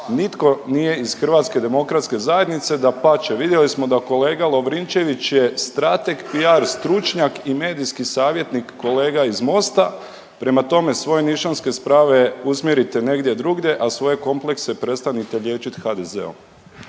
nitko nije iz Hrvatske demokratske zajednice. Dapače, vidjeli smo da kolega Lovrinčević je strateg, PR stručnjak i medijski savjetnik kolega iz MOSTA. Prema tome, svoje nišanske sprave usmjerite negdje drugdje, a svoje komplekse prestanite liječiti HDZ-om.